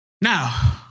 now